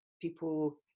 people